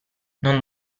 non